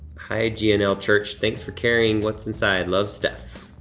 hi, g. and l. church, thanks for caring, what's inside, love steph.